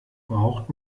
braucht